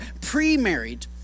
pre-married